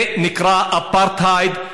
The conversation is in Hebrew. זה נקרא אפרטהייד,